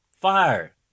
Fire